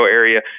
area